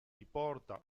riporta